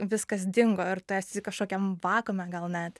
viskas dingo ar tu esi kažkokiam vakuume gal net